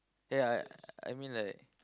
ya I mean like